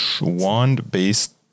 Wand-based